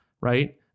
right